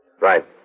Right